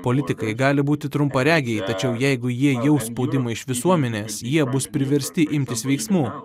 politikai gali būti trumparegiai tačiau jeigu jie jaus spaudimą iš visuomenės jie bus priversti imtis veiksmų